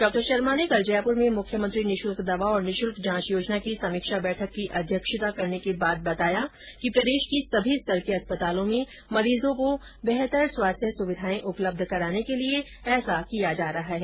डॉ शर्मा ने कल जयपुर में मुख्यमंत्री निशुल्क दवा और निशुल्क जांच योजना की समीक्षा बैठक की अध्यक्षता करने के बाद बताया कि प्रदेश के सभी स्तर के अस्पतालों में मरीजों को बेहतर स्वास्थ्य सुविधाए उपलब्य कराने के लिए ऐसा किया जा रहा है